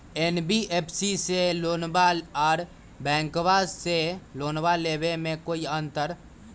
NBFC से लोनमा आर बैंकबा से लोनमा ले बे में कोइ अंतर?